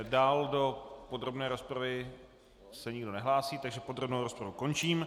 Dál do podrobné rozpravy se nikdo nehlásí, takže podrobnou rozpravu končím.